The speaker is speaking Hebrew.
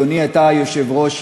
אדוני היושב-ראש,